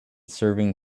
serving